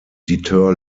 deter